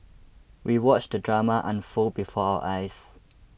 we watched the drama unfold before our eyes